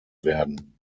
werden